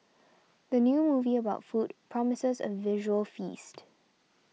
the new movie about food promises a visual feast